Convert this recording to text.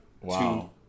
Wow